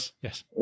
yes